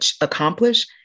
accomplish